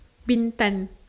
Bintan